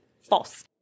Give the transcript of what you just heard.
false